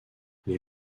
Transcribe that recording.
les